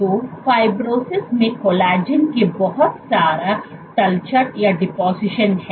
तो फाइब्रोसिस में कोलेजन के बहुत सारा तलछट है